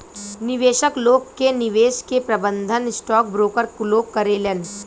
निवेशक लोग के निवेश के प्रबंधन स्टॉक ब्रोकर लोग करेलेन